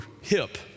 hip